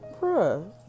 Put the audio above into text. bruh